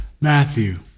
Matthew